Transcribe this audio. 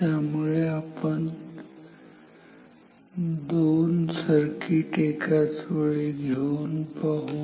त्यामुळे आपण दोन सर्किट एकाच वेळी घेऊन पाहू